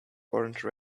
orange